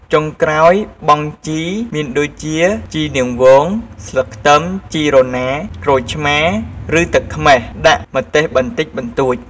ចុងក្រោយបង់ជីមានដូចជាជីនាងវង ស្លឹកខ្ទឹម ជីរណា ក្រូចឆ្មារឬទឹកខ្មេះ ដាក់ម្ទេសបន្តិចបន្តួច។